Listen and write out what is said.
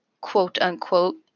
quote-unquote